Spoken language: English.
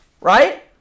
right